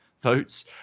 votes